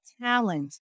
talent